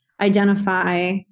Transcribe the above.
identify